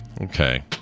Okay